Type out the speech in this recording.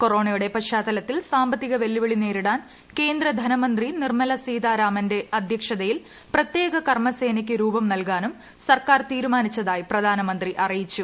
കോറോണയുടെ പശ്ചാത്തലത്തിൽ സാമ്പത്തിക വെല്ലുവിളി നേരിടാൻ കേന്ദ്ര ധനമന്ത്രി നിർമ്മല സീതാരാമന്റെ അദ്ധ്യക്ഷതയിൽ പ്രത്യേക കർമ്മസേനയ്ക്ക് രൂപം നൽകാനും സർക്കാർ തീരുമാനിച്ചതായി പ്രധാനമന്ത്രി അറിയിച്ചു